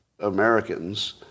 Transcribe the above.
Americans